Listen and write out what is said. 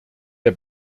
der